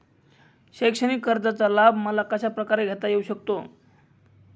शैक्षणिक कर्जाचा लाभ मला कशाप्रकारे घेता येऊ शकतो?